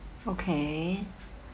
okay